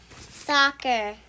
Soccer